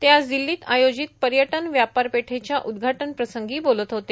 ते आज दिल्लीत आयोजित पर्यटन व्यापारपेठेच्या उद्घाटनप्रसंगी बोलत होते